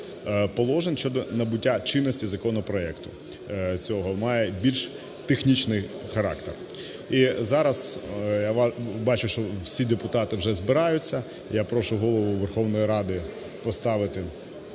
положень" щодо набуття чинності законопроекту цього і має більш технічний характер. І зараз, я бачу, що всі депутати вже збираються, і я прошу Голову Верховної Ради поставити